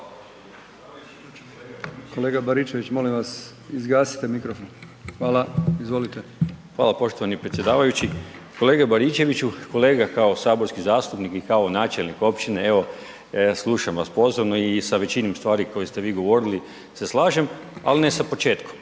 Kolega Baričević, molim vas, izgazite mikrofon. Hvala, izvolite. **Prelec, Alen (SDP)** Hvala poštovani predsjedavajući. Kolega Baričeviću, kolega kao saborski načelnik i kao načelnik općine, evo slušam vas pozorno i sa većinom stvari koju ste vi govorili se slažem ali ne sa početkom